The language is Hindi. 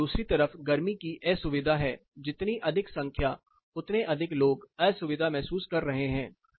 तो यह दूसरी तरफ गर्मी की असुविधा है जितनी अधिक संख्या उतने अधिक लोग असुविधा महसूस कर रहे हैं